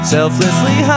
Selflessly